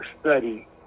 study